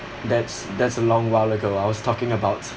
that's that's a long while ago I was talking about